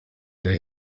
der